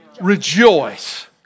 rejoice